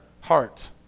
heart